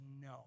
no